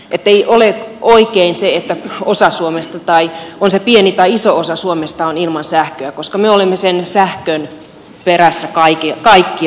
ei ole oikein että osa suomesta on se pieni tai iso osa on ilman sähköä koska me olemme sähkön perässä kaikkialla